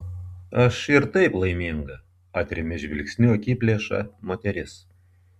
aš ir taip laiminga atrėmė žvilgsniu akiplėšą moteris